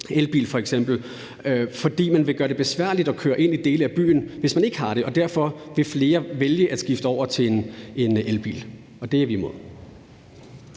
fordi man vil gøre det besværligt at køre ind i dele af byen, hvis man ikke har det, og derfor vil flere vælge at skifte over til en elbil. Og det er vi imod.